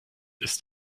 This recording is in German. ist